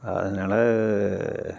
அதனால